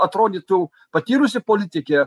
atrodytų patyrusi politikė